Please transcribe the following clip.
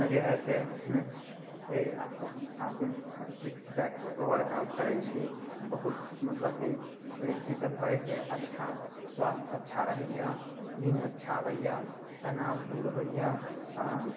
आओर जे हइ से आओर सिक्स पैक वर्कआउट करै छी बहुत मतलब कि ईसब करै से अच्छा स्वास्थ्य अच्छा रहैए नीन्द अच्छा अबैए तनाव दूर होइए आओर